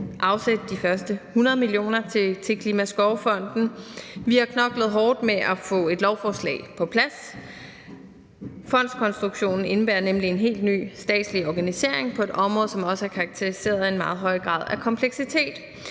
afsætte de første 100 mio. kr. til Klimaskovfonden. Vi har knoklet hårdt med at få et lovforslag på plads. Fondskonstruktionen indebærer nemlig en helt ny statslig organisering på et område, som også er karakteriseret af en meget høj grad af kompleksitet,